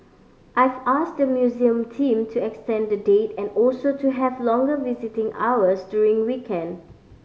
I've asked the museum team to extend the date and also to have longer visiting hours during weekend